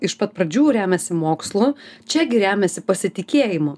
iš pat pradžių remiasi mokslu čiagi remiasi pasitikėjimu